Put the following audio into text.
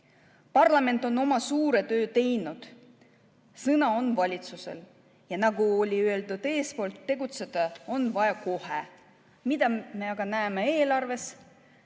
Parlament on suure töö teinud, sõna on valitsusel, ja nagu oli öeldud eespool, tegutseda on vaja kohe. Mida me aga näeme eelarves?